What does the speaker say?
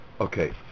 Okay